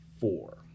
four